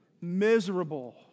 Miserable